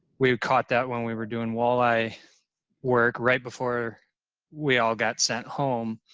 we caught that when we were doing walleye work, right before we all got sent home.